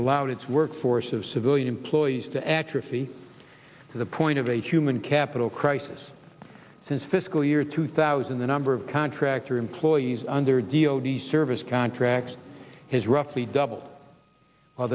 allowed its workforce of civilian employees to atrophy to the point of a human capital crisis since fiscal year two thousand the number of contractor employees under d o d service contracts has roughly double